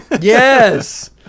yes